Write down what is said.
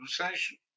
conversation